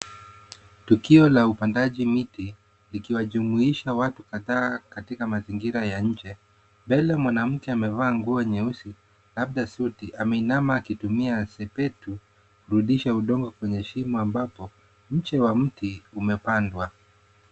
Tukio la upandaji miti, likiwajumuisha watu kadhaa katika mazingira ya nje. Mbele mwanamke amevaa nguo nyeusi labda suti ameinama akitumia sepetu kurudisha udongo kwenye shimo ambapo mche wa mti umepandwa.